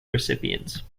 recipients